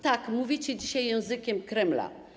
Tak, mówicie dzisiaj językiem Kremla.